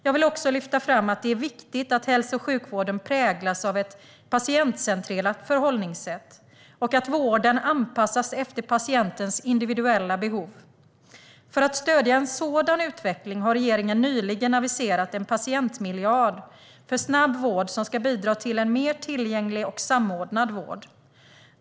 Jag vill också lyfta fram att det är viktigt att hälso och sjukvården präglas av ett patientcentrerat förhållningssätt och att vården anpassas efter patientens individuella behov. För att stödja en sådan utveckling har regeringen nyligen aviserat en patientmiljard för snabb vård som ska bidra till en mer tillgänglig och samordnad vård.